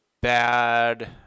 bad